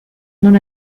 non